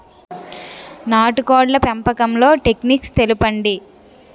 నాటుకోడ్ల పెంపకంలో టెక్నిక్స్ తెలుపండి?